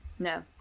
no